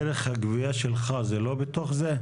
דרך הגבייה שלך היא לא בתוך זה?